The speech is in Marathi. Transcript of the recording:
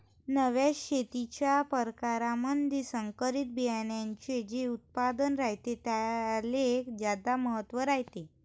नव्या शेतीच्या परकारामंधी संकरित बियान्याचे जे उत्पादन रायते त्याले ज्यादा महत्त्व रायते